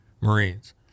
Marines